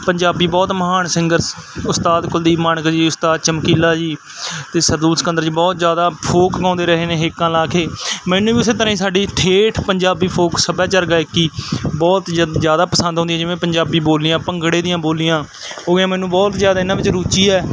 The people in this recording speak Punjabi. ਪੰਜਾਬੀ ਬਹੁਤ ਮਹਾਨ ਸਿੰਗਰਸ ਉਸਤਾਦ ਕੁਲਦੀਪ ਮਾਣਕ ਜੀ ਉਸਤਾਦ ਚਮਕੀਲਾ ਜੀ ਅਤੇ ਸਰਦੂਲ ਸਿਕੰਦਰ ਜੀ ਬਹੁਤ ਜ਼ਿਆਦਾ ਫੋਕ ਗਾਉਂਦੇ ਰਹੇ ਨੇ ਹੇਕਾਂ ਲਾ ਕੇ ਮੈਨੂੰ ਵੀ ਉਸ ਤਰ੍ਹਾਂ ਹੀ ਸਾਡੀ ਠੇਠ ਪੰਜਾਬੀ ਫੋਕ ਸੱਭਿਆਚਾਰ ਗਾਇਕੀ ਬਹੁਤ ਜਿ ਜ਼ਿਆਦਾ ਪਸੰਦ ਆਉਂਦੀ ਜਿਵੇਂ ਪੰਜਾਬੀ ਬੋਲੀਆਂ ਭੰਗੜੇ ਦੀਆਂ ਬੋਲੀਆਂ ਹੋਈਆਂ ਮੈਨੂੰ ਬਹੁਤ ਜ਼ਿਆਦਾ ਇਹਨਾਂ ਵਿੱਚ ਰੁਚੀ ਹੈ